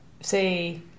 say